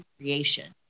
creation